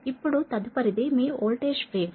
ఇప్పుడు తదుపరిది మీ వోల్టేజ్ వేవ్స్